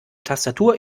tastatur